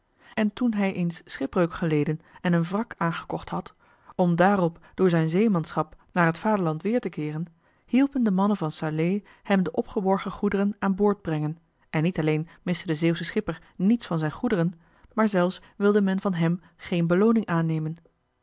en toen hij eens schipbreuk geleden en een wrak aangekocht had om daarop door zijn zeemanschap naar het vaderland weer te keeren hielpen de mannen van salé hem de opgeborgen goederen aan boord brengen en niet alleen miste de zeeuwsche schipper niets van zijn goederen maar zelfs wilde men van hèm geen belooning aannemen